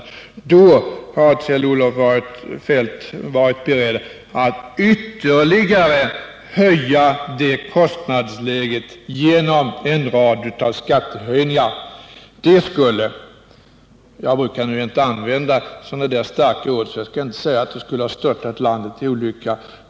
Kjell-Olof Feldt har i denna situation varit beredd att ytterligare höja kostnadsläget genom en rad skatteskärpningar. Jag brukar inte använda så starka ord, och jag skall därför inte säga att ett genomförande av dessa förslag skulle störta landet i olycka.